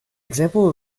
example